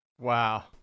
Wow